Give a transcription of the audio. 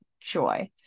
joy